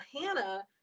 Hannah